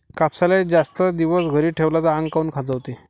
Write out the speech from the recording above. कापसाले जास्त दिवस घरी ठेवला त आंग काऊन खाजवते?